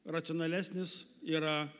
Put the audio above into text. racionalesnis yra